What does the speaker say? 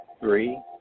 three